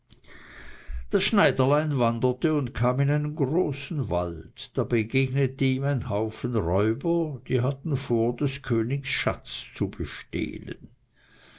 das schneiderlein wanderte und kam in einen großen wald da begegnete ihm ein haufen räuber die hatten vor des königs schatz zu bestehlen